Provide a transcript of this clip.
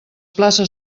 places